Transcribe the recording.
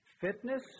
fitness